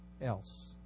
else